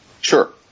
Sure